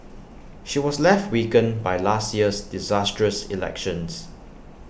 she was left weakened by last year's disastrous election